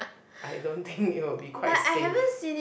I don't think it will be quite safe